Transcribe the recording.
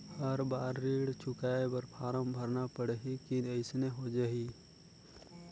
हर बार ऋण चुकाय बर फारम भरना पड़ही की अइसने हो जहीं?